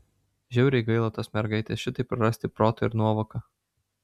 žiauriai gaila tos mergaitės šitaip prarasti protą ir nuovoką